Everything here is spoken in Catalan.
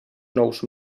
nous